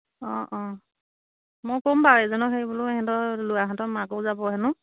অঁ অঁ মই ক'ম বাৰু এইজনক হেৰি বোলো এহেঁতৰ ল'ৰাহঁতৰ মাকো যাব হেনো